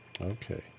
Okay